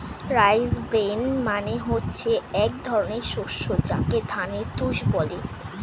rice bran মানে হচ্ছে এক ধরনের শস্য যাকে ধানের তুষ বলে